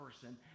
person